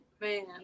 Man